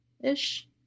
ish